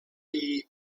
die